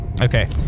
Okay